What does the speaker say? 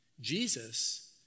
Jesus